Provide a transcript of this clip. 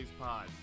pod